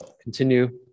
Continue